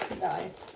Nice